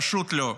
פשוט לא.